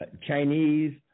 Chinese